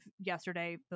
yesterday